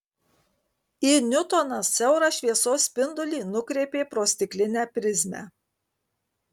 i niutonas siaurą šviesos spindulį nukreipė pro stiklinę prizmę